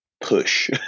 push